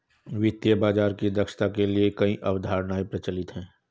वित्तीय बाजार की दक्षता के लिए कई अवधारणाएं प्रचलित है